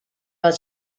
bat